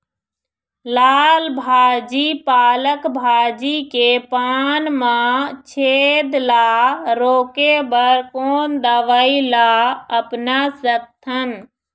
लाल भाजी पालक भाजी के पान मा छेद ला रोके बर कोन दवई ला अपना सकथन?